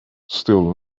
still